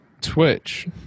twitch